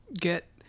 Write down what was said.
get